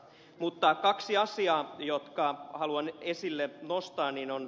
mutta kaksi asiaa jotka haluan esille nostaa